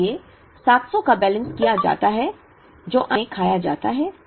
इसलिए 700 का बैलेंस किया जाता है जो अंत में खाया जाता है